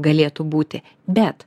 galėtų būti bet